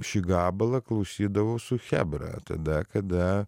šį gabalą klausydavau su chebra tada kada